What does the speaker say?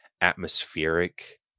atmospheric